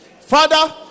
Father